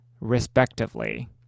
respectively